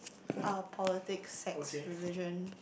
uh politics sex religion